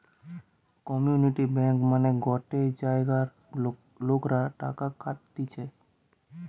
community bank মানে গটে জায়গার লোকরা টাকা খাটতিছে